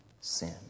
sin